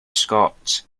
scots